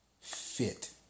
Fit